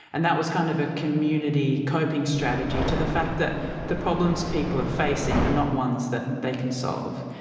and that was kind of a community coping strategy to the fact that the problems people are facing a not ones that they can solve.